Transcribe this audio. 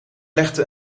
legde